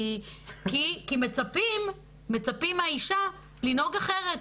כי מצפים מהאישה לנהוג אחרת,